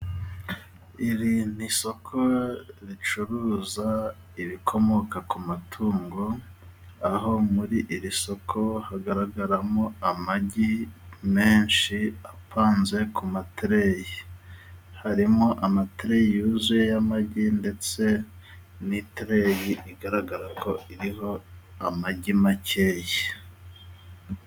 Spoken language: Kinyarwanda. Iri ni isoko ricuruza ibikomoka ku matungo, aho muri iri soko hagaragaramo amagi menshi apanze ku matereyi, harimo amatereyi yuzuye y'amagi ndetse n'itereyi igaragara ko iriho amagi makeya.